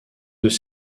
deux